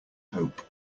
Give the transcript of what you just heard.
hope